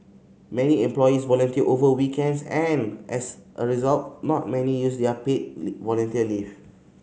many employees volunteer over weekends and as a result not many use their paid volunteer leave